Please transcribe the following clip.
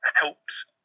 helped